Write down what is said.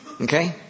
Okay